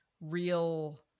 real